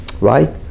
Right